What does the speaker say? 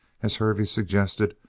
as hervey suggested,